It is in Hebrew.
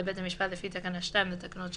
לפרק ה'